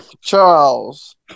Charles